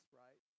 right